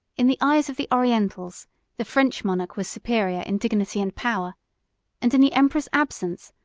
in the eyes of the orientals the french monarch was superior in dignity and power and, in the emperor's absence,